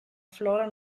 flora